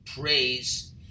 praise